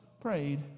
prayed